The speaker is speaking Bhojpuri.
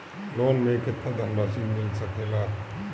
लोन मे केतना धनराशी मिल सकेला?